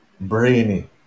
Brainy